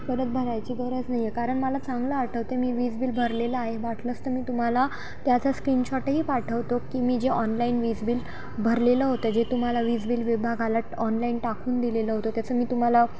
परत भरायची गरज नाही आहे कारण मला चांगलं आठवते मी व वीज बिल भरलेलं आहे वाटलंच तर मी तुम्हाला त्याचा स्क्रीनशॉटही पाठवतो की मी जे ऑनलाईन वीज बिल भरलेलं होतं जे तुम्हाला वीज बिल विभागाला ऑनलाईन टाकून दिलेलं होतं त्याचं मी तुम्हाला